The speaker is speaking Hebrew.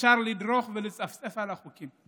אפשר לדרוך ולצפצף על החוקים.